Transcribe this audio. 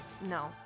no